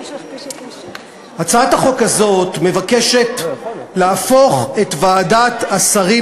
הצעת החוק הזאת מבקשת להפוך את ועדת השרים